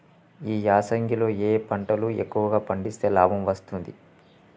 ఈ యాసంగి లో ఏ పంటలు ఎక్కువగా పండిస్తే లాభం వస్తుంది?